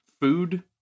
food